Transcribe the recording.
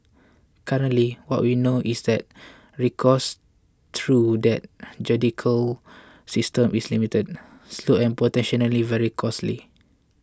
currently what we know is that recourse through that judicial system is limited slow and potentially very costly